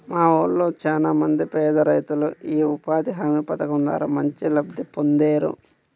మా ఊళ్ళో చానా మంది పేదరైతులు యీ ఉపాధి హామీ పథకం ద్వారా మంచి లబ్ధి పొందేరు